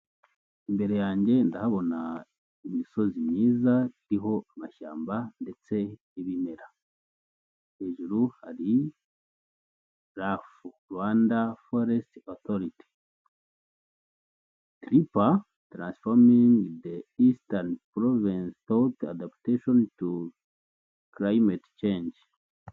Imbere yanjye ndahabona imisozi myiza iriho amashyamba ndetse n'ibimera, hejuru hari rafu "Rwanda foresiti otoriti" tiripa "tiransifomingi de isitani porovense toti adabuteshoni tu kilayimati cenji".